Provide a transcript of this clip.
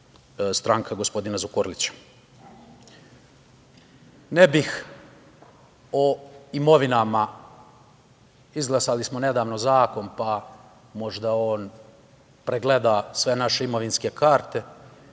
stranka gospodina Zukorlića. Ne bih o imovinama. Izglasali smo nedavno zakon, pa možda on pregleda sve naše imovinske karte,